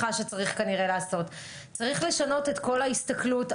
תמיכה לקופות החולים לאורך כל תקופת הקורונה מידי חודש,